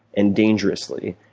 and dangerously,